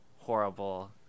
horrible